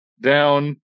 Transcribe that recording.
down